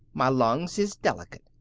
my lungs is delicate.